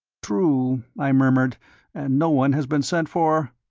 true, i murmured and no one has been sent for?